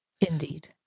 indeed